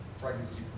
pregnancy